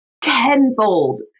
tenfold